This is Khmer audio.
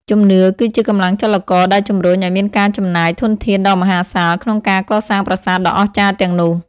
ជំនឿគឺជាកម្លាំងចលករដែលជំរុញឱ្យមានការចំណាយធនធានដ៏មហាសាលក្នុងការកសាងប្រាសាទដ៏អស្ចារ្យទាំងនោះ។